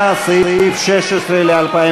סעיף 16, הוצאות